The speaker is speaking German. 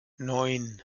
neun